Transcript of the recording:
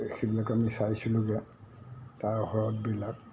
এই সেইখিনি আমি চাইছিলোঁগৈ আমি তাৰ হ্ৰদবিলাক